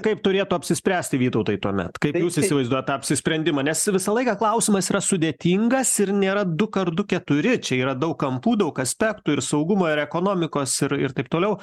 kaip turėtų apsispręsti vytautai tuomet kaip jūs įsivaizduojat tą apsisprendimą nes visą laiką klausimas yra sudėtingas ir nėra du kart du keturi čia yra daug kampų daug aspektų ir saugumo ir ekonomikos ir ir taip toliau